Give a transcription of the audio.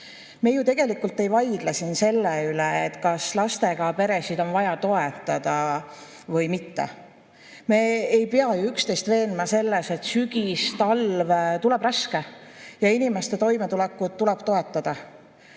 on.Me ju tegelikult ei vaidle siin selle üle, kas lastega peresid on vaja toetada või mitte. Me ei pea ju üksteist veenma selles, et sügis-talv tuleb raske ja inimeste toimetulekut tuleb toetada.